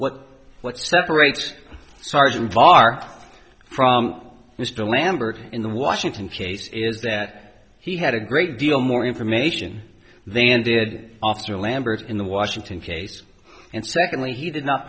what what separates sergeant barr from mr lambert in the washington case is that he had a great deal more information than did officer lambert in the washington case and secondly he did not